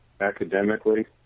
academically